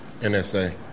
NSA